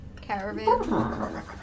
Caravan